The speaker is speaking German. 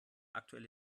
aktuelle